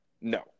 No